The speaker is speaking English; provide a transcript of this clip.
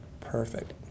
Perfect